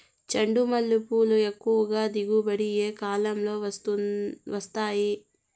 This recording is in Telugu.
చెండుమల్లి పూలు ఎక్కువగా దిగుబడి ఏ కాలంలో వస్తాయి